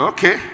Okay